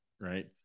right